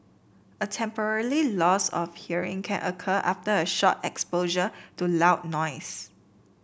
a temporarily loss of hearing can occur after a short exposure to loud noise